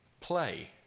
play